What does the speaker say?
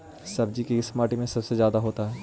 सब्जी किस माटी में सबसे ज्यादा होता है?